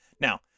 Now